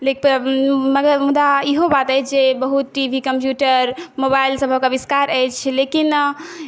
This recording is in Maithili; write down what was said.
मुदा इहो बात अछि जे बहुत टी वी कम्प्यूटर मोबाइल सबक अविष्कार अछि लेकिन